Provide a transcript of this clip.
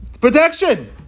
Protection